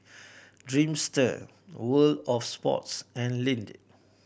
Dreamster World Of Sports and Lindt